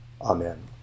Amen